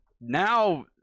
Now